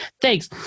thanks